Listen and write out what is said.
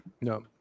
no